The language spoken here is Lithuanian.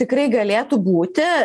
tikrai galėtų būti